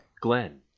Glenn